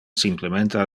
simplemente